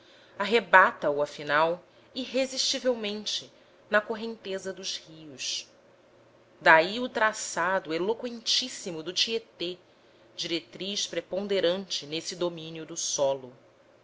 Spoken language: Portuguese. farmosíssimo arrebata o afinal irresistivelmente na correnteza dos rios daí o traçado eloqüentíssimo do tietê diretriz preponderante nesse domínio do solo